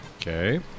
okay